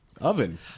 oven